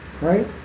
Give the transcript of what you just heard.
Right